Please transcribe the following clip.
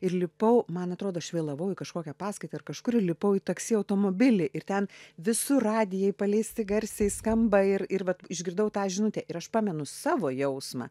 ir lipau man atrodo aš vėlavau į kažkokią paskaitą ir kažkur įlipau į taksi automobilį ir ten visur radijai paleisti garsiai skamba ir ir vat išgirdau tą žinutę ir aš pamenu savo jausmą